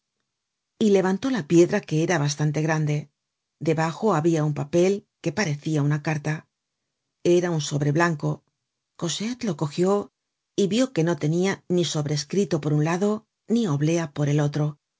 y levantó la piedra que era bastante grande debajo habia un papel que parecia una carta era un sobre blanco cosette le cogió y vió que no tenia ni sobrescrito por un lado ni oblea por el otro